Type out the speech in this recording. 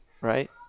right